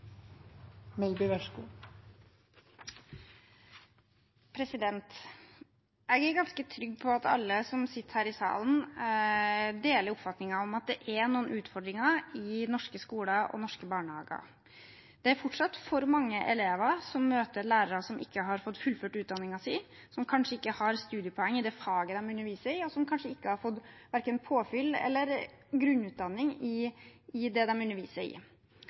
noen utfordringer i norske skoler og norske barnehager. Det er fortsatt for mange elever som møter lærere som ikke har fått fullført utdanningen sin, som kanskje ikke har studiepoeng i det faget de underviser i, og som kanskje ikke har fått verken påfyll eller grunnutdanning i det de underviser i.